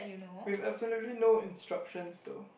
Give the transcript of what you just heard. we absolutely no instruction though